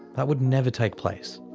that would never take place.